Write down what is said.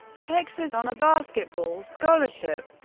texas on a basketball scholarship.